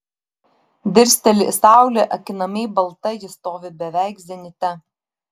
dirsteli į saulę akinamai balta ji stovi beveik zenite